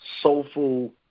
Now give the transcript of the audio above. soulful